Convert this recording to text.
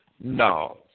no